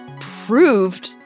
proved